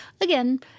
Again